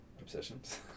obsessions